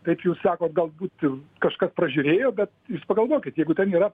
kaip jūs sakot galbūt ir kažkas pražiūrėjo bet jūs pagalvokit jeigu ten yra